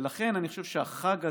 ולכן אני חושב שהחג הזה,